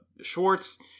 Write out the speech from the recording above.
schwartz